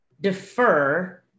defer